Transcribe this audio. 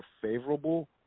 favorable